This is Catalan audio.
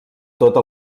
tota